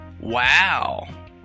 Wow